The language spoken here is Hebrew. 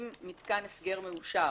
אם מתקן הסגר מאושר,